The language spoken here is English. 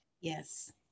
Yes